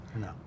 No